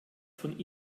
von